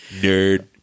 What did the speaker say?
Nerd